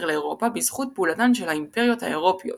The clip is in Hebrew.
לאירופה בזכות פעולתן של האימפריות האירופיות,